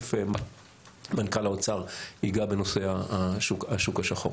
תיכף מנכ"ל האוצר ייגע בנושא השוק השחור.